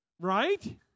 Right